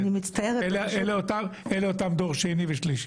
אלה אותם דור שני ושלישי.